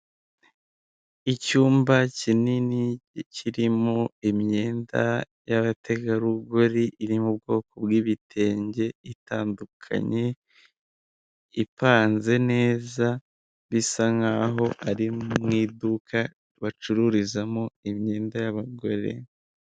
Icyumba kinini kirimo imyenda y'abategarugori iri mu bwoko bw'ibitenge itandukanye, ipanze neza bisa nkaho ari mu iduka bacururizamo imyenda y'abagore.